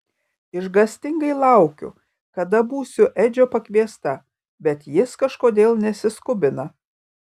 išgąstingai laukiu kada būsiu edžio pakviesta bet jis kažkodėl nesiskubina